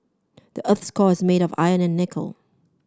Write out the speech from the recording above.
the earth's core is made of iron and nickel